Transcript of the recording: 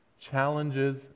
Challenges